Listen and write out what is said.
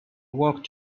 walked